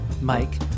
Mike